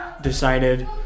decided